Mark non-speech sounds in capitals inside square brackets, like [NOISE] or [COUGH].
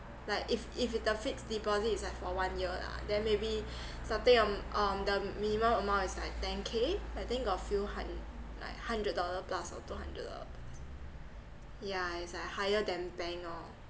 like if if the fixed deposit is like for one year lah then maybe [BREATH] something um um the minimum amount is like ten K I think got few hun~ like hundred dollar plus or two hundred dollar plus yeah it's like higher than bank oh